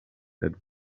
that